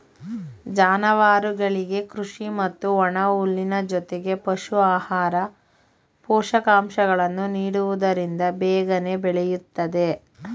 ಜಾನುವಾರುಗಳಿಗೆ ಕೃಷಿ ಮತ್ತು ಒಣಹುಲ್ಲಿನ ಜೊತೆಗೆ ಪಶು ಆಹಾರ, ಪೋಷಕಾಂಶಗಳನ್ನು ನೀಡುವುದರಿಂದ ಬೇಗನೆ ಬೆಳೆಯುತ್ತದೆ